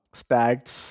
stats